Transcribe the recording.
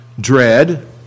dread